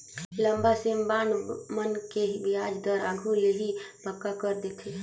लंबा समे बांड मन के बियाज दर आघु ले ही पक्का कर रथें